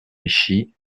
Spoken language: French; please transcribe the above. vichy